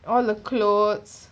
all the clothes